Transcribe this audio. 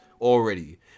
already